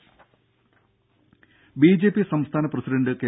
രുര ബി ജെ പി സംസ്ഥാന പ്രസിഡന്റ് കെ